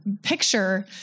picture